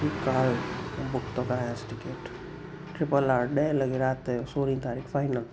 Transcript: ठीकु आहे हलु बुक तो करायांसि टिकेट ट्रिपल आर ॾहें लॻे राति जो सोरहीं तारीख़ फाइनल